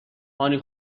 هانی